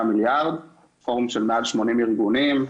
מיליארד - פורום של מעל שמונים ארגונים: